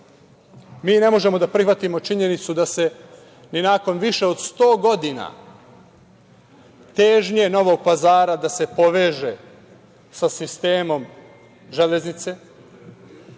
mi ne možemo da prihvatimo činjenicu da se ni nakon više od 100 godina težnje Novog Pazara da se poveže sa sistemom železnice